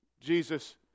Jesus